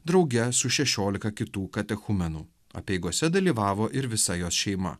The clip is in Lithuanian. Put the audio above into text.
drauge su šešiolika kitų katechumenų apeigose dalyvavo ir visa jos šeima